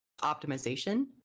optimization